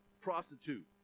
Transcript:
prostitute